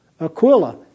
Aquila